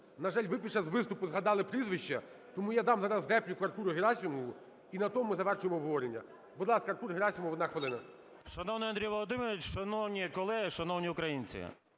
На жаль, ви під час виступу згадали прізвище. Тому я дам зараз репліку Артуру Герасимову, і на тому ми завершимо обговорення. Будь ласка, Артур Герасимов, одна хвилина. 11:13:18 ГЕРАСИМОВ А.В. Шановний Андрій Володимирович! Шановні колеги! Шановні українці!